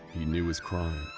he knew his crime,